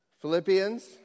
Philippians